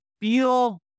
feel